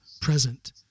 present